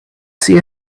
see